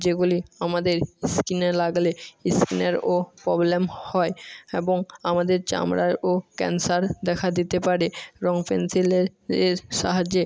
যেগুলি আমাদের স্কিনে লাগলে স্কিনেরও প্রবলেম হয় এবং আমাদের চামড়ারও ক্যান্সার দেখা দিতে পারে রঙ পেনসিলের সাহায্যে